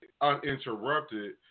uninterrupted